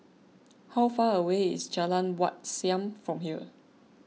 how far away is Jalan Wat Siam from here